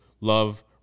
love